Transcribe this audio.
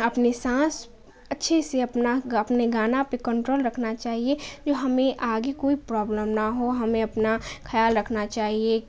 اپنے سانس اچھے سے اپنا اپنے گانا پہ کنٹرول رکھنا چاہیے جو ہمیں آگے کوئی پرابلم نہ ہو ہمیں اپنا خیال رکھنا چاہیے